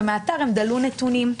ומהאתר הם דלו נתונים.